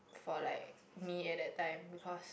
for like me at that time because